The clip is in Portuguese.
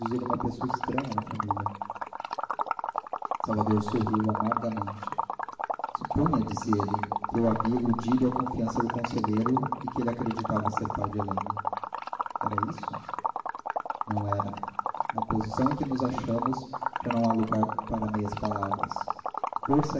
pessoa estranha na família salvador sorriu amargamente suponha disse ele que eu havia iludido a confiança do conselheiro e que ele acreditava ser pai de helena era isso não era na posição em que nos achamos já não há lugar para meias palavras força